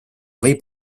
võib